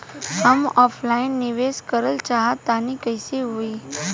हम ऑफलाइन निवेस करलऽ चाह तनि कइसे होई?